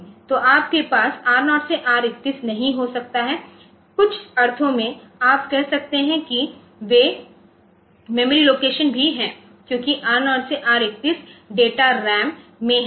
तो आपके पास R0 से R31 नहीं हो सकता है कुछ अर्थों में आप कह सकते हैं कि वे मेमोरी लोकेशन भी हैं क्योंकि R0 से R31 डेटा रैम में है